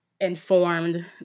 informed